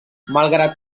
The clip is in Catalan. malgrat